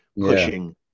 pushing